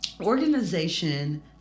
organization